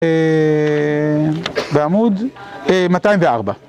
אה...בעמוד 204.